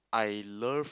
I love